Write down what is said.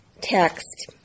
text